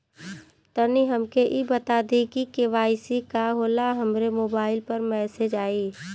तनि हमके इ बता दीं की के.वाइ.सी का होला हमरे मोबाइल पर मैसेज आई?